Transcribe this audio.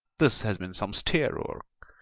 this has been some stair-work,